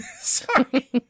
sorry